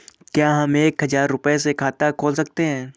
क्या हम एक हजार रुपये से खाता खोल सकते हैं?